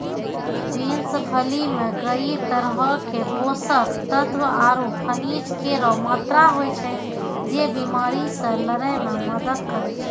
beans फली मे कई तरहो क पोषक तत्व आरु खनिज केरो मात्रा होय छै, जे बीमारी से लड़ै म मदद करै छै